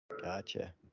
Gotcha